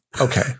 Okay